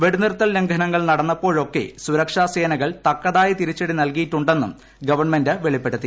വെടിനിർത്തൽ ലംഘനങ്ങൾ നടന്നപ്പോഴൊക്കെ സുരക്ഷാ സേനകൾ തക്കതായ തിരിച്ചടി നൽകിയിട്ടുണ്ടെന്നും ഗവൺമെന്റ് വെളിപ്പെടുത്തി